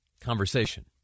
conversation